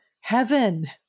heaven